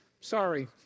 sorry